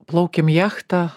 plaukėm jachta